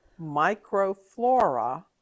microflora